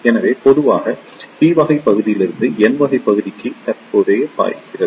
எனவே பொதுவாக p வகை பகுதியிலிருந்து n வகை பகுதிக்கு தற்போதைய பாய்கிறது